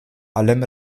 allem